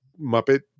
Muppet